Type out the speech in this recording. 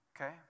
Okay